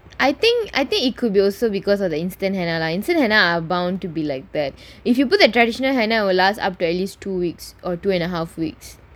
I think I think it could be also because of the instant henna lines you see henna are bound to be like that if you put their traditional henna will last up to at least two weeks or two and a half weeks